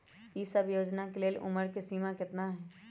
ई सब योजना के लेल उमर के सीमा केतना हई?